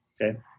Okay